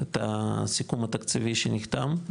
את הסיכום התקציבי שנחתם,